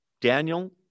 Daniel